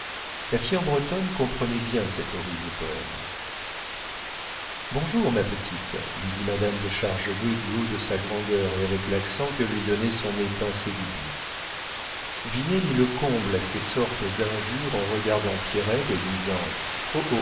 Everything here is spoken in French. la fière bretonne comprenait bien cet horrible poème bonjour ma petite lui dit madame de chargebœuf du haut de sa grandeur et avec l'accent que lui donnait son nez pincé du bout vinet mit le comble à ces sortes d'injures en regardant pierrette et disant